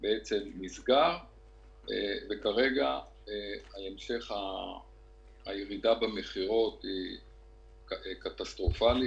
נסגר וכרגע המשך הירידה במכירות הוא קטסטרופלי.